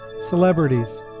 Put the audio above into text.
celebrities